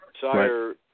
Sire